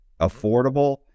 affordable